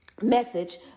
message